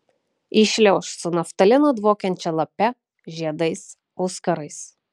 įšliauš su naftalinu dvokiančia lape žiedais auskarais